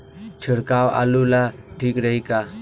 छिड़काव आलू ला ठीक रही का?